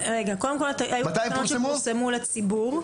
הן פורסמו להערות הציבור.